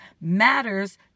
matters